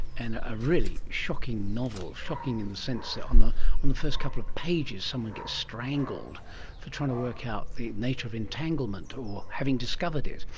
and a really shocking novel, shocking in the sense that on the on the first couple of pages someone gets strangled for trying to work out the nature of entanglement or having discovered it.